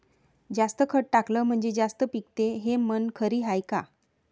जास्त खत टाकलं म्हनजे जास्त पिकते हे म्हन खरी हाये का?